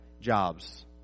jobs